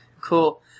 Cool